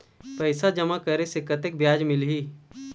पैसा जमा करे से कतेक ब्याज मिलही?